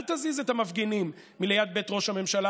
אל תזיז את המפגינים ליד בית ראש הממשלה,